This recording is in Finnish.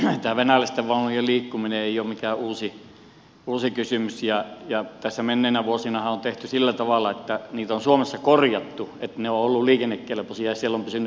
tämä venäläisten vaunujen liikkuminen ei ole mikään uusi kysymys ja tässä menneinä vuosinahan on tehty sillä tavalla että niitä on suomessa korjattu jotta ne ovat olleet liikennekelpoisia ja niissä on pysynyt tavara sisällä